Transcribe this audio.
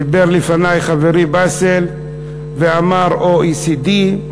דיבר לפני חברי באסל ואמר "OECD",